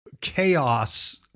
chaos